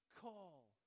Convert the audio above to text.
call